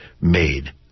made